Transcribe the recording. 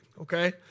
Okay